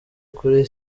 kuri